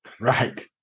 Right